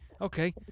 Okay